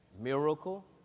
miracle